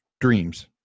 dreams